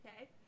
Okay